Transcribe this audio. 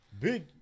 Big